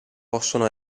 possono